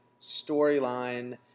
storyline